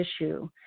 issue